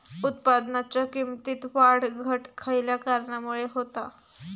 उत्पादनाच्या किमतीत वाढ घट खयल्या कारणामुळे होता?